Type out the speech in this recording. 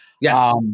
Yes